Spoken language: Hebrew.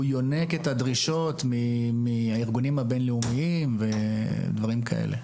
יונק את הדרישות מהארגונים הבינלאומיים ודברים כאלה,